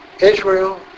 Israel